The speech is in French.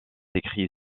écrit